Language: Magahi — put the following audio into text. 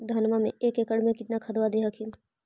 धनमा मे एक एकड़ मे कितना खदबा दे हखिन?